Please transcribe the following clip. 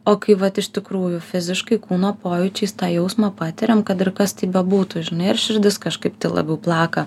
o kai vat iš tikrųjų fiziškai kūno pojūčiais tą jausmą patiriam kad ir kas tai bebūtų žinai ar širdis kažkaip labiau plaka